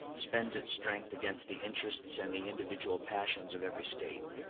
spends its strength against the interests and the individual passions of every state.